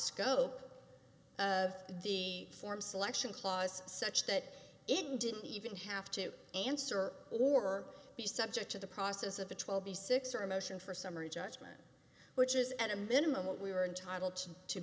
scope of the form selection clause such that it didn't even have to answer or be subject to the process of a twelve b six or a motion for summary judgment which is at a minimum what we were entitled to